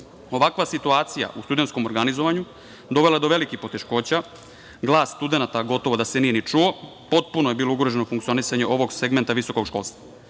situacija u studentskom organizovanju dovela je do velikih poteškoća. Glas studenata gotovo da se nije ni čuo, potpuno je bilo ugroženo funkcionisanje ovog segmenta visokog školstva.